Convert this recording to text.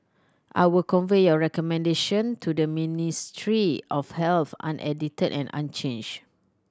I will convey your recommendation to the Ministry of Health unedited and unchanged